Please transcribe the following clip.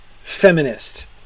feminist